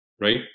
Right